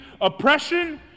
oppression